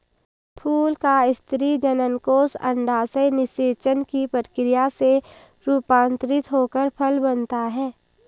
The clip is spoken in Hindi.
फूल का स्त्री जननकोष अंडाशय निषेचन की प्रक्रिया से रूपान्तरित होकर फल बनता है